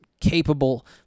capable